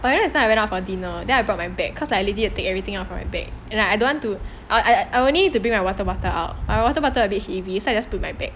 by the way just now I went out for dinner then I brought my bag cause like I lazy take everything out from my bag and I don't want to I I would need to be my water bottle out but my water bottle a bit heavy so I just put in my bag